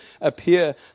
appear